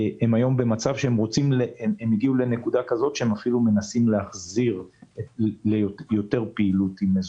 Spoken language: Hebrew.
הגיעו לנקודה כזאת שהם אפילו מנסים להחזיר ליותר פעילות עם מזומן.